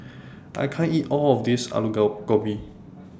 I can't eat All of This Alu Gobi